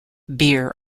beer